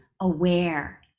aware